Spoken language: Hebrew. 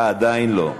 אה, עדיין לא,